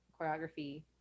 choreography